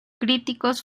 críticos